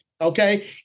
Okay